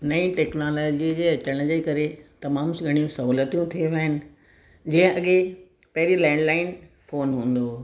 नई टेक्नोलॉजीअ जे अचण जे करे तमामु सुहिणियूं सहूलियतूं थी वियूं आहिनि जीअं अॻे पहिरीं लेंड लाईन फोन हुंदो हो